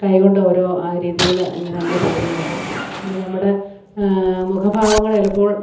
കൈ കൊണ്ട് ഓരോ ആ രീതികൾ ഇങ്ങനെ നമ്മൾ ചെയ്തെന്ന് വരാം പിന്നെ നമ്മുടെ മുഖഭാവങ്ങൾ ചിലപ്പോൾ